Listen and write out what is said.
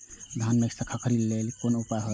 धान में खखरी लेल कोन उपाय हय?